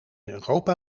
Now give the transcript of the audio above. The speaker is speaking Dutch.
europa